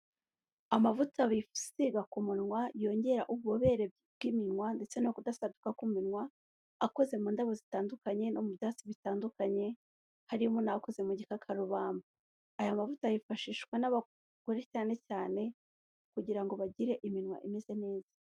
Amavuta bisiga ku munwa yongera ububobere bw'iminwa ndetse no kudasanzweduka k'iminwa akoze mu ndabo zitandukanye no mu byatsi bitandukanye harimo n'abakoze mu gikakarubamba, aya mavuta yifashishwa n'abagore cyane cyane kugira ngo bagire iminwa imeze neza.